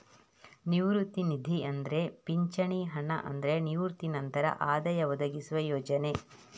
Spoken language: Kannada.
ನಿವೃತ್ತಿ ನಿಧಿ ಅಂದ್ರೆ ಪಿಂಚಣಿ ಹಣ ಅಂದ್ರೆ ನಿವೃತ್ತಿ ನಂತರ ಆದಾಯ ಒದಗಿಸುವ ಯೋಜನೆ